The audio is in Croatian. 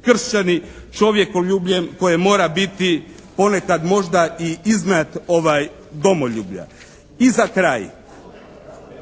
starokršćani čovjekoljubljem koje mora biti ponekad možda i iznad domoljublja. I za kraj,